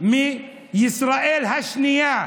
מישראל השנייה,